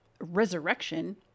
resurrection